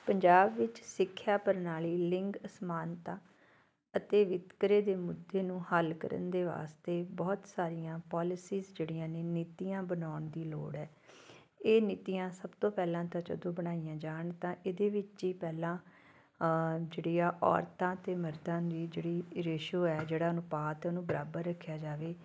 ਪੰਜਾਬ ਵਿੱਚ ਸਿੱਖਿਆ ਪ੍ਰਣਾਲੀ ਲਿੰਗ ਅਸਮਾਨਤਾ ਅਤੇ ਵਿਤਕਰੇ ਦੇ ਮੁੱਦੇ ਨੂੰ ਹੱਲ ਕਰਨ ਦੇ ਵਾਸਤੇ ਬਹੁਤ ਸਾਰੀਆਂ ਪੋਲਸਿਸ ਜਿਹੜੀਆਂ ਨੇ ਨੀਤੀਆਂ ਬਣਾਉਣ ਦੀ ਲੋੜ ਹੈ ਇਹ ਨੀਤੀਆਂ ਸਭ ਤੋਂ ਪਹਿਲਾਂ ਜਦੋਂ ਬਣਾਈਆਂ ਜਾਣ ਤਾਂ ਇਹਦੇ ਵਿੱਚ ਹੀ ਪਹਿਲਾਂ ਜਿਹੜੀ ਆ ਔਰਤਾਂ ਅਤੇ ਮਰਦਾਂ ਦੀ ਜਿਹੜੀ ਰੇਸ਼ੋ ਹੈ ਜਿਹੜਾ ਅਨੁਪਾਤ ਉਹਨੂੰ ਬਰਾਬਰ ਰੱਖਿਆ ਜਾਵੇ